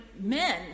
men